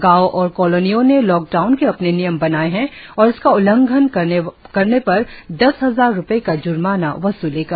गांवों और कॉलोनियों ने लॉकडाउन के अपने नियम बनाये है और इसका उल्लघंन करने पर दस हजार रुपए का जुर्माना वस्लेगा